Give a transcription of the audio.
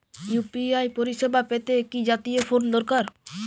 UPI পরিসেবা পেতে কি জাতীয় ফোন দরকার?